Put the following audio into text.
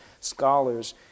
scholars